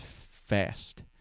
fast